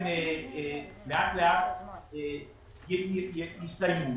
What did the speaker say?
לאט לאט יסתיימו.